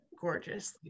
gorgeous